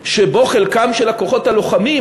שבו חלקם של הכוחות הלוחמים,